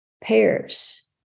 pairs